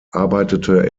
arbeitete